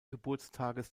geburtstages